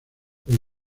los